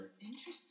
Interesting